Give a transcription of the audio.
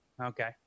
Okay